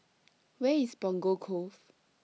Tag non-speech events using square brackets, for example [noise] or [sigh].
[noise] Where IS Punggol Cove